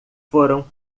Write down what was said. foram